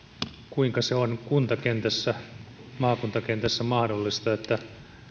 kuinka se on kuntakentässä ja maakuntakentässä mahdollista että